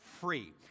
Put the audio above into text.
free